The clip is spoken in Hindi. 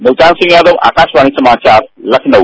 मुल्तान सिंह यादव आकाशवाणी समाचार लखनऊ